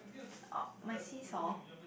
orh my seesaw